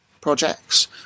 projects